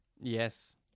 yes